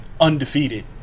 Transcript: undefeated